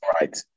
right